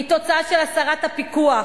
היא תוצאה של הסרת הפיקוח,